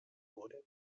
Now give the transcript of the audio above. wurden